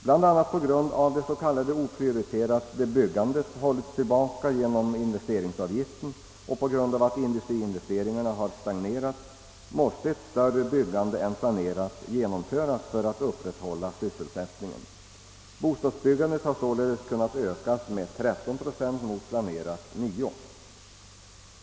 Blånd annat på grund av att det s.k. oprioriterade byggandet hållits tillbaka genom investeringsavgiften och på grund av att industriinvesteringarna har stagnerat måste ett större byggande genomföras för att upprätthålla sysselsättningen. Bostadsbyggandet har således kunnat ökas med 13 procent mot planerade 9 procent.